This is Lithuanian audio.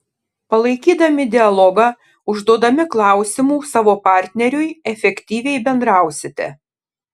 palaikydami dialogą užduodami klausimų savo partneriui efektyviai bendrausite